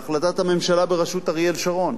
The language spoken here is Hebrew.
בהחלטת הממשלה בראשות אריאל שרון,